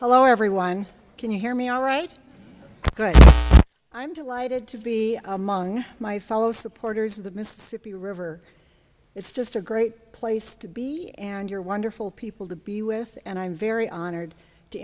hello everyone can you hear me all right good i'm delighted to be among my fellow supporters of the mississippi river it's just a great place to be and you're wonderful people to be with and i'm very honored to